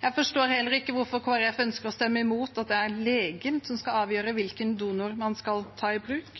Jeg forstår heller ikke hvorfor Kristelig Folkeparti ønsker å stemme imot at det er legen som skal avgjøre hvilken donor man skal ta i bruk.